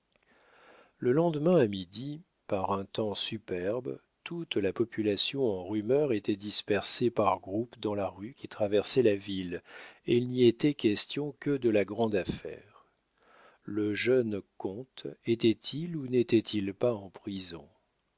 le lendemain à midi par un temps superbe toute la population en rumeur était dispersée par groupes dans la rue qui traversait la ville et il n'y était question que de la grande affaire le jeune comte était-il ou n'était il pas en prison